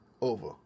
over